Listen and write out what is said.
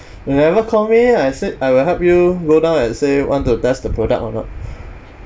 you never call me I said I will help you go down and say want to test the product or not